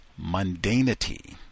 mundanity